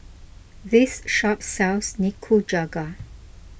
this shop sells Nikujaga